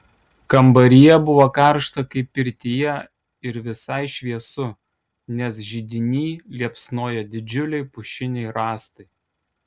kambaryje buvo karšta kaip pirtyje ir visai šviesu nes židiny liepsnojo didžiuliai pušiniai rąstai